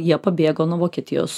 jie pabėgo nuo vokietijos